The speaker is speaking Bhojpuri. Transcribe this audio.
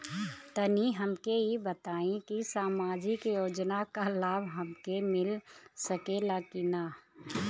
तनि हमके इ बताईं की सामाजिक योजना क लाभ हमके मिल सकेला की ना?